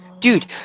Dude